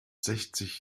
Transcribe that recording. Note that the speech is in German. sechzig